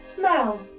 Mel